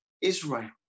Israel